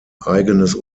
eigenes